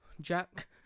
Jack